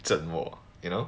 整我 you know